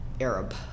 Arab